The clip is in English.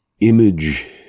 image